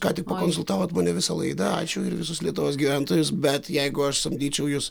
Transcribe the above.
ką tik pakonsultavot mane visą laidą ačiū visus lietuvos gyventojus bet jeigu aš samdyčiau jus